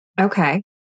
Okay